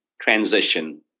transition